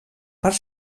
part